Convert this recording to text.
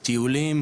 טיולים,